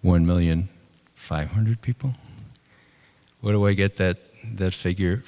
one million five hundred people where do i get that that figure